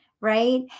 right